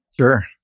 Sure